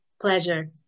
pleasure